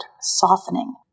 softening